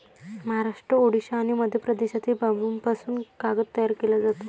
महाराष्ट्र, ओडिशा आणि मध्य प्रदेशातील बांबूपासून कागद तयार केला जातो